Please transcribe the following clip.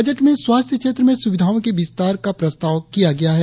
budget में स्वास्थ्य क्षेत्र में सुविधाओं के विस्तार का प्रस्ताव किया गया है